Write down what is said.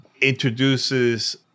introduces